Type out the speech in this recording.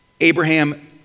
Abraham